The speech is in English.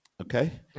Okay